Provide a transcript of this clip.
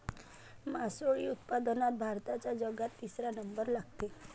मासोळी उत्पादनात भारताचा जगात तिसरा नंबर लागते